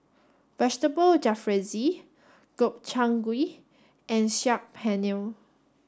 vegetable Jalfrezi Gobchang Gui and Saag Paneer